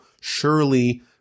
surely